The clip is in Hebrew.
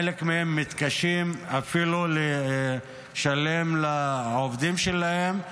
חלק מהם מתקשים אפילו לשלם לעובדים שלהם,